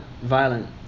violent